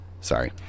Sorry